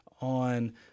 on